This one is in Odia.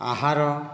ଆହାର